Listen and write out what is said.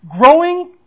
growing